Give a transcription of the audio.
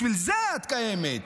בשביל זה את קיימת,